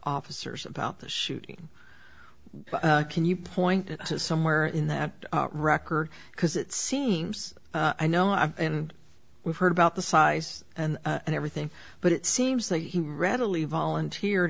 officers about the shooting can you point to somewhere in that record because it seems i know i and we've heard about the size and and everything but it seems that he readily volunteer